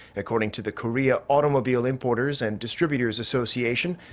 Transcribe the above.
according to the korea automobile importers and distributors association,